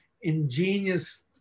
ingenious